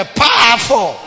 powerful